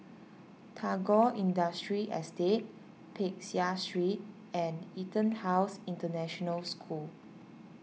Tagore Industrial Estate Peck Seah Street and EtonHouse International School